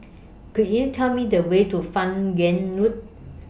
Could YOU Tell Me The Way to fan Yoong Road